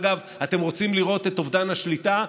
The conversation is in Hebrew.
אגב, אתם רוצים לראות את אובדן השליטה?